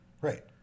Right